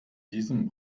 diesen